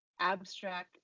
Abstract